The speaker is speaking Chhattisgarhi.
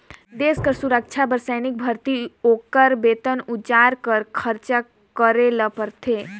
देस कर सुरक्छा बर सैनिक भरती, ओकर बेतन, अउजार कर खरचा करे ले परथे